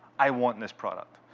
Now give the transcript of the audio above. i want this product.